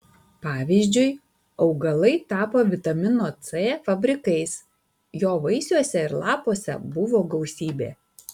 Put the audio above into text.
pavyzdžiui augalai tapo vitamino c fabrikais jo vaisiuose ir lapuose buvo gausybė